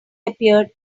appeared